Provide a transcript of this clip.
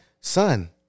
Son